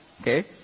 Okay